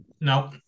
No